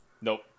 Nope